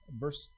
verse